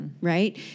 Right